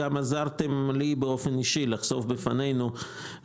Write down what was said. גם עזרתם לי באופן אישי לחשוף לא מעט